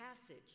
passage